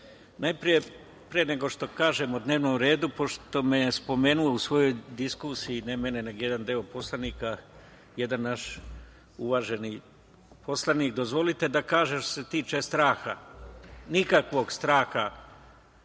pre nego što kažem o dnevnom redu, pošto me je spomenuo u svojoj diskusiji, ne mene nego jedan deo poslanika, jedan naš uvaženi poslanik, dozvolite da kažem što se tiče straha, nikakvog straha